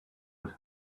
with